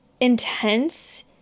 intense